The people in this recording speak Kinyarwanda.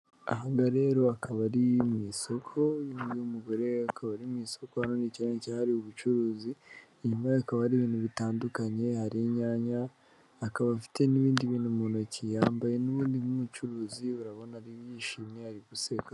Aha ngaha rero akaba ari mu isoko, uyu ni umugore akaba ari mu isoko, aha ni icyanya cyahariwe ubucuruzi, inyuma ye hakaba hari ibintu bitandukanye, hari inyanya, akaba afite n'ibindi bintu mu ntoki, yambaye n'ubundi nk'umucuruzi, urabona yishimye ari guseka.